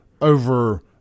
over